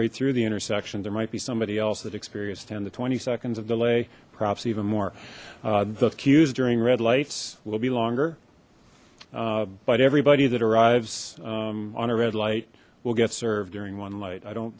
right through the intersection there might be somebody else that experienced ten the twenty seconds of delay perhaps even more the queues during red lights will be longer but everybody that arrives on a red light will get served during one light i don't